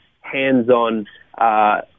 hands-on